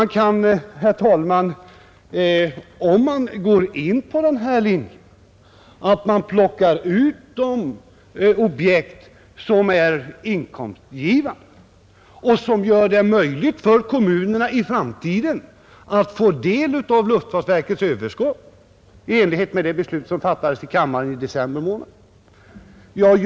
Antag, herr talman, att man går på den linjen att man plockar ut de objekt som är inkomstgivande och som gör det möjligt för kommunerna att i framtiden få del av luftfartsverkets överskott i enlighet med det beslut som fattades i riksdagen i december månad 1970.